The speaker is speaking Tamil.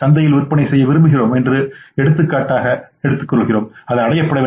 சந்தையில் விற்பனைசெய்ய செய்ய விரும்புகிறோம் எடுத்துக்காட்டாக அது அடையப்படவில்லை